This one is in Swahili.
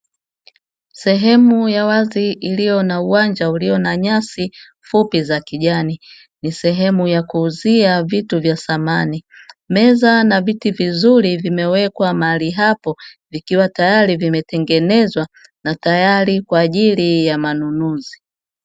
Sehemu ya wazi iliyo na uwanja uliyo na nyasi fupi za kijani ni sehemu ya kuuzia vitu vya samani, meza na viti vizuri vimewekwa mahali hapo vikiwa tayari vimetengenezwa na tayari kwa ajili ya manunuzi.